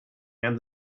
and